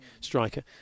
striker